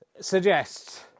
suggests